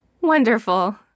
Wonderful